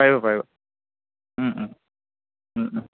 পাৰিবা পাৰিবা